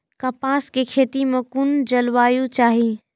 कपास के खेती में कुन जलवायु चाही?